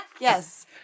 Yes